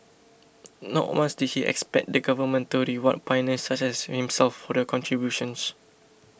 not once did he expect the government to reward pioneers such as himself for their contributions